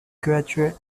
graduate